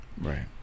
right